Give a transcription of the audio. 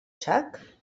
sac